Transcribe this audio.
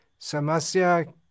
Samasya